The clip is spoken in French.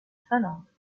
finlande